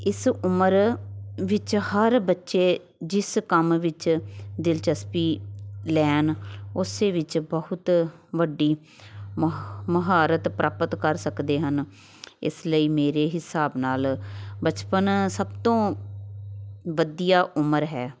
ਇਸ ਉਮਰ ਵਿੱਚ ਹਰ ਬੱਚੇ ਜਿਸ ਕੰਮ ਵਿੱਚ ਦਿਲਚਸਪੀ ਲੈਣ ਉਸੇ ਵਿੱਚ ਬਹੁਤ ਵੱਡੀ ਮਹ ਮਹਾਰਤ ਪ੍ਰਾਪਤ ਕਰ ਸਕਦੇ ਹਨ ਇਸ ਲਈ ਮੇਰੇ ਹਿਸਾਬ ਨਾਲ ਬਚਪਨ ਸਭ ਤੋਂ ਵਧੀਆ ਉਮਰ ਹੈ